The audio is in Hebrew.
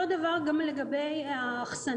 אותו הדבר גם לגבי האכסניה,